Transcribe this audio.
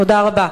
תודה רבה.